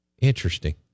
Interesting